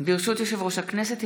ברשות יושב-ראש הכנסת,